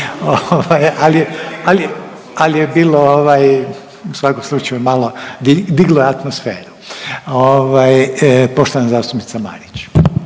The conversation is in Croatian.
ali je bilo ovaj u svakom slučaju malo diglo je atmosferu. Ovaj poštovana zastupnica Marić.